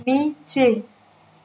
نیچے